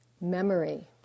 memory